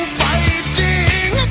fighting